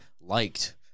liked